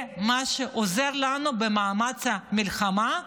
זה מה שעוזר לנו במאמץ המלחמתי?